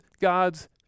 God's